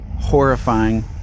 horrifying